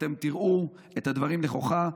אתם תראו את הדברים נכוחה,